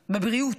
בבריאות,